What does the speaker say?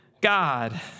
God